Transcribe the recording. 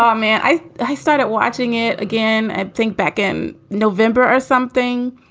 um and i i started watching it again i think back in november or something.